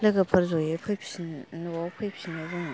लोगोफोर जयै फैफिन न'आव फैफिनो जोङो